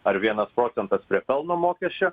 ar vienas procentas prie pelno mokesčio